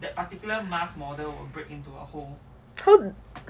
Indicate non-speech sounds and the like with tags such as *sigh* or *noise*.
*noise*